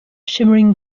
shimmering